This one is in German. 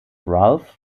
ralph